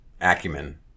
acumen